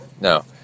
no